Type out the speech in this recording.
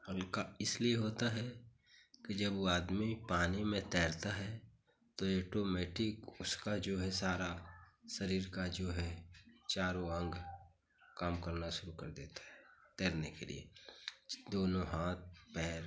हल्का इसलिए होता है कि जब वह आदमी पानी में तैरता है तो एटोमैटिक उसका जो है सारा शरीर का जो है चारों अंग काम करना शुरू कर देते हैं तैरने के लिए दोनों हाथ पैर